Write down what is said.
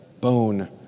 bone